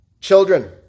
Children